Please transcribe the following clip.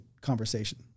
conversation